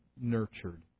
nurtured